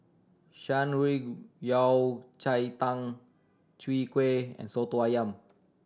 Shan Rui Yao Cai Tang Chwee Kueh and Soto Ayam